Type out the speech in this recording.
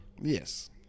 Yes